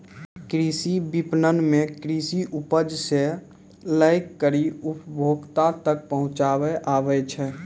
कृषि विपणन मे कृषि उपज से लै करी उपभोक्ता तक पहुचाबै आबै छै